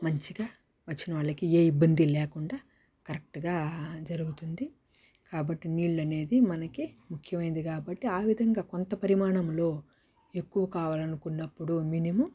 మంచిగా వచ్చిన వాళ్ళకి ఏ ఇబ్బంది లేకుండా కరెక్ట్గా జరుగుతుంది కాబట్టి నీళ్ళు అనేది మనకి ముఖ్యమైనది కాబట్టి ఆవిధంగా కొంత పరిమాణంలో ఎక్కువ కావాలనుకున్నప్పుడు మినిమమ్